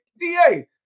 DA